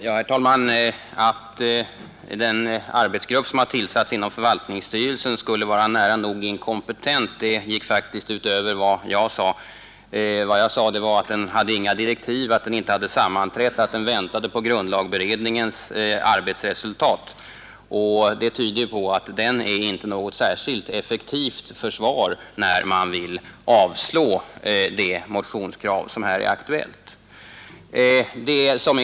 Herr talman! Påståendet att den arbetsgrupp som har tillsatts inom förvaltningsstyrelsen skulle vara nära nog inkompetent, det gick faktiskt utöver vad jag sade. Vad jag sade var att den inte hade några direktiv, att den inte hade sammanträtt, att den väntade på grundlagberedningens arbetsresultat. Det tyder på att den inte är något särskilt effektivt försvar när man vill avslå det motionskrav som här är aktuellt.